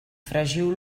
fregiu